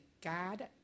God